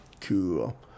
Cool